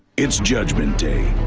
it's judgment day.